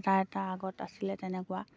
এটা এটা আগত আছিলে তেনেকুৱা